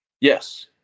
Yes